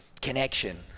connection